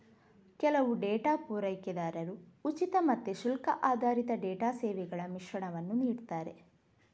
ಕೆಲವು ಡೇಟಾ ಪೂರೈಕೆದಾರರು ಉಚಿತ ಮತ್ತೆ ಶುಲ್ಕ ಆಧಾರಿತ ಡೇಟಾ ಸೇವೆಗಳ ಮಿಶ್ರಣವನ್ನ ನೀಡ್ತಾರೆ